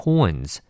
Coins